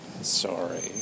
Sorry